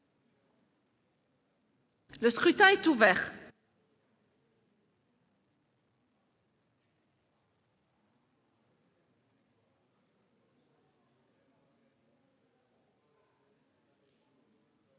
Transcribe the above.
Le scrutin est ouvert.